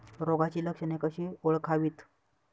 रोगाची लक्षणे कशी ओळखावीत?